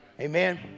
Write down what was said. Amen